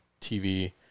TV